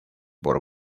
por